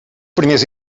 primers